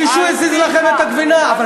מישהו הזיז לכם את הגבינה, אבל